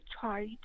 tried